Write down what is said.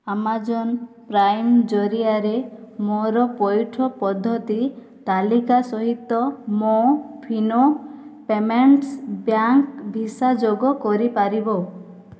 Amazon Prime ଜରିଆରେ ମୋର ପଇଠ ପଦ୍ଧତି ତାଲିକା ସହିତ ମୋ ଫିନୋ ପେମେଣ୍ଟ୍ସ ବ୍ୟାଙ୍କ ଭିସା ଯୋଗ କରିପାରିବ